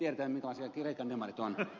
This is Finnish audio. arvoisa rouva puhemies